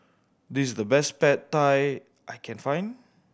this is the best Pad Thai I can find